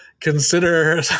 consider